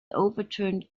overturned